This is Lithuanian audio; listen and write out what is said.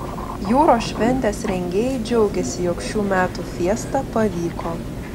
jūros šventės rengėjai džiaugiasi jog šių metų fiesta pavyko